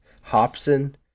Hobson